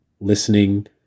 listening